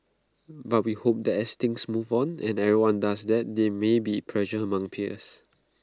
but we hope that as things move on and everyone does that there may be pressure among peers